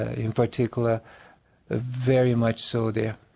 in particular ah very much so there